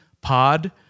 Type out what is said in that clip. POD